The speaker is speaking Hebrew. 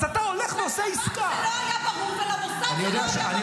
אז אתה הולך ועושה עסקה --- לשב"כ